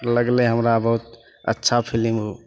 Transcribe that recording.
लागलै हमरा बहुत अच्छा फिलिम